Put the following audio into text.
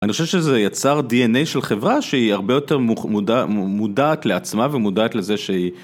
אני חושב שזה יצר די.אן.איי של חברה שהיא הרבה יותר מודעת לעצמה ומודעת לזה שהיא